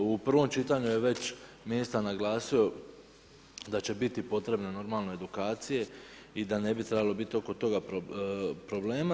U prvom čitanju je već ministar naglasio da će biti potrebno, normalno, edukacije i da ne bi trebalo biti oko toga problema.